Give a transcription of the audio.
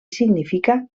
significa